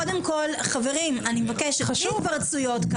חברים, אני מבקשת, בלי התפרצויות.